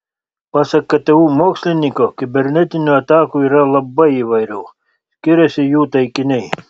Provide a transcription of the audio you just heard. pasak ktu mokslininko kibernetinių atakų yra labai įvairių skiriasi jų taikiniai